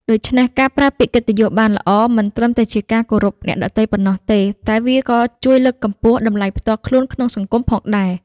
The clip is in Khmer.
ដូច្នេះ ការប្រើពាក្យកិត្តិយសបានល្អ មិនត្រឹមតែជាការគោរពអ្នកដទៃប៉ុណ្ណោះទេ តែវាក៏ជួយលើកកម្ពស់តម្លៃផ្ទាល់ខ្លួនក្នុងសង្គមផងដែរ។